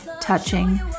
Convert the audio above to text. touching